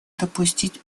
допустить